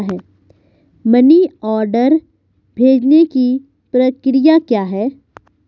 Money order भेजने की प्रक्रिया क्या है?